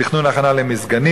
תכנון הכנה למזגנים,